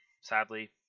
Sadly